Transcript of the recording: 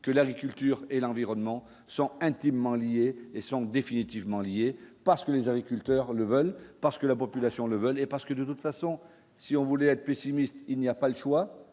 que l'agriculture et l'environnement sont intimement liés et sont définitivement lié parce que les agriculteurs le veulent, parce que la population le volet parce que de toute façon, si on voulait être pessimiste, il n'y a pas le choix,